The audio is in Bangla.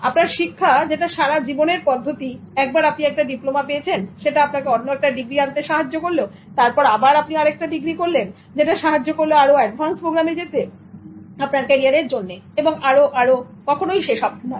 আপনার শিক্ষা যেটা সারা জীবনের পদ্ধতি একবার আপনি একটা ডিপ্লোমা পেয়েছেন এবং সেটা আপনাকে অন্য একটা ডিগ্রি আনতে সাহায্য করল তারপর আবার আপনি আরেকটা ডিগ্রী করলেন যেটা সাহায্য করল আরো অ্যাডভান্স প্রোগ্রামে যেতে আপনার ক্যারিয়ারের জন্য এবং আরো আরো কখনোই শেষ হবার নয়